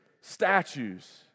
statues